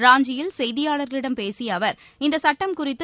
ராஞ்சியில் செய்தியாளர்களிடம் பேசிய அவர் இந்தச் சுட்டம் குறித்து